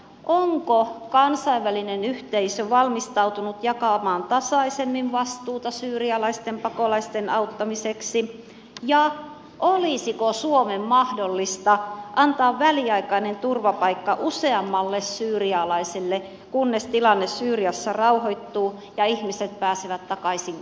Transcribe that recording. onko kansainvälinen yhteisö valmistautunut jakamaan tasaisemmin vastuuta syyrialaisten pakolaisten auttamiseksi ja olisiko suomen mahdollista antaa väliaikainen turvapaikka useammalle syyrialaiselle kunnes tilanne syyriassa rauhoittuu ja ihmiset pääsevät takaisin koteihinsa